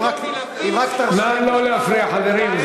אם רק תרשו לי, נא לא להפריע, חברים.